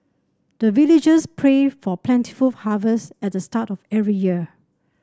the villagers pray for plentiful harvest at the start of every year